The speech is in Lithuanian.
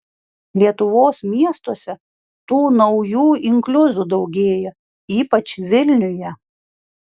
lietuvos miestuose tų naujų inkliuzų daugėja ypač vilniuje